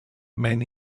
man